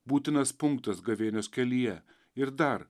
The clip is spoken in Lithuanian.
būtinas punktas gavėnios kelyje ir dar